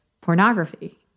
pornography